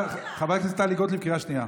לפנות אליי, חברת הכנסת טלי גוטליב, קריאה שנייה.